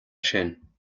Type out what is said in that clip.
sin